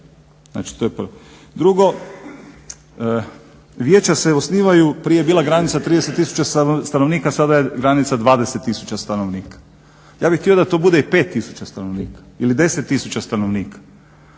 Znači to je prvo. Drugo, vijeća se osnivaju, prije je bila granica 30 000 stanovnika, sada je granica 20 000 stanovnika. Ja bih htio da to bude i 5000 ili 10 000 stanovnika,